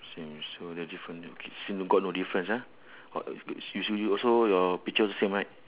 same so the different okay so got no difference ah you should also your picture also same right